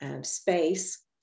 space